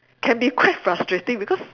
can be quite frustrating because